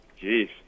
Jeez